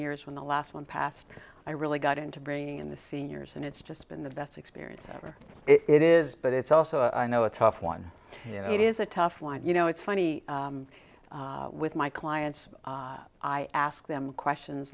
years when the last one passed i really got into bringing in the seniors and it's just been the best experience ever it is but it's also i know a tough one it is a tough one you know it's funny with my clients i ask them questions